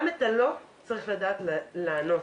גם את ה-לא צריך לדעת לענות.